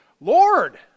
Lord